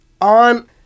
on